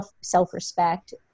self-respect